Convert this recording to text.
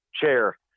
chair